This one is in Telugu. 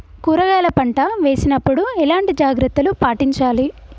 కూరగాయల పంట వేసినప్పుడు ఎలాంటి జాగ్రత్తలు పాటించాలి?